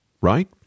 right